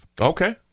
Okay